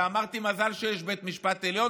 ואמרתי: מזל שיש בית משפט עליון,